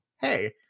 hey